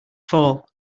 fall